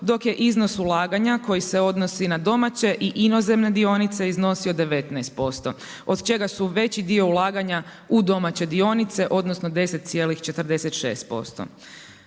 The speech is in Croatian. dok je iznos ulaganja koji se odnosi na domaće i inozemne dionice iznosio 19%, od čega su veći dio ulaganja u domaće dionice, odnosno 10,46%.